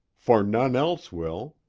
for none else will.